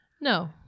No